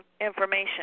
information